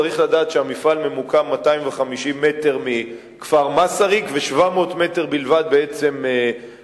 צריך לדעת שהמפעל ממוקם 250 מטרים מכפר-מסריק ו-750 מטר בלבד מעכו.